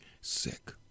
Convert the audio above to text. sick